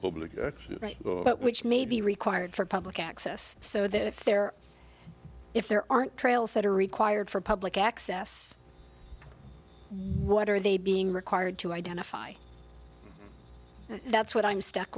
but which may be required for public access so that if there if there aren't trails that are required for public access what are they being required to identify that's what i'm stuck